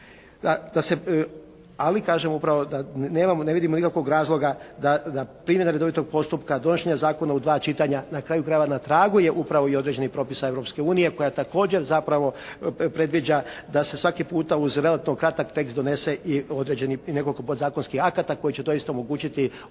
da se, ali kažem upravo da nemamo, ne vidimo nikakvog razloga da primjena redovitog postupka donošenja zakona u dva čitanja, na kraju krajeva na tragu je upravo i određenih propisa Europske unije koja također zapravo predviđa da se svaki puta uz relativno kratak tekst donese i određeni i nekoliko podzakonskih akata koji će doista omogućiti ovdje jednu